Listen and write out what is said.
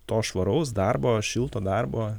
to švaraus darbo šilto darbo